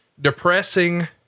depressing